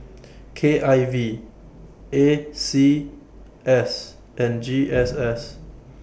K I V A C S and G S S